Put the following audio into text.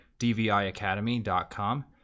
dviacademy.com